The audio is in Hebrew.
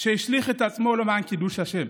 שהשליך את עצמו למען קידוש השם,